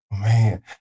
Man